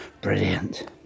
Brilliant